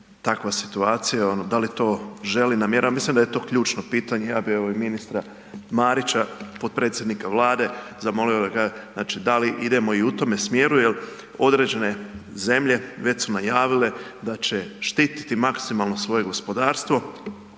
takva situacija, ono da li to želi, namjerava? Mislim da je to ključno pitanje, ja bi evo i ministra Marića, potpredsjednika Vlade zamolio da kaže, znači da li idemo i u tome smjeru jel određene zemlje već su najavile da će štititi maksimalno svoje gospodarstvo